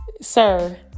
sir